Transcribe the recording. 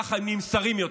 ככה הם נהיים שרים יותר.